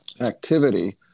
activity